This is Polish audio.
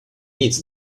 nic